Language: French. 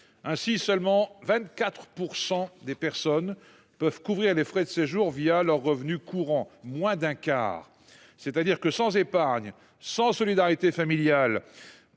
Ainsi, seulement 24 % des personnes peuvent couvrir les frais de séjour leurs revenus courants – moins d’un quart. Cela signifie que, sans épargne, sans solidarité familiale,